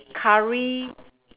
curry